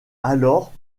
alors